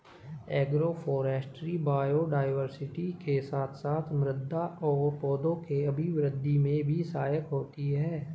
agroforestry biodiversity के साथ साथ मृदा और पौधों के अभिवृद्धि में भी सहायक होती है